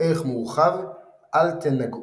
ערך מורחב – אל תנגעוני